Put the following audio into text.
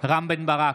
רם בן ברק,